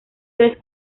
tres